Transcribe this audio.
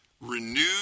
renewed